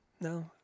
No